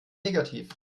negativ